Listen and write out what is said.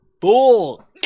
bull